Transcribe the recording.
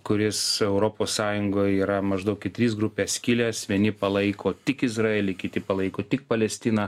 kuris europos sąjungoj yra maždaug į tris grupes skilęs vieni palaiko tik izraelį kiti palaiko tik palestiną